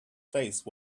face